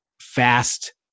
fast